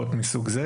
ועדת ההשגות.